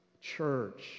church